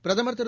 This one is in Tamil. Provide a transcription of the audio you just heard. பிரதம் திரு